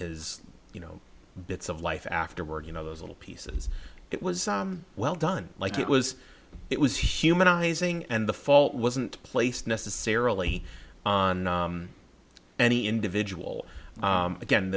is you know bits of life afterward you know those little pieces it was well done like it was it was humanizing and the fault wasn't placed necessarily on any individual again